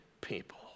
people